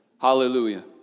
Hallelujah